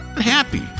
happy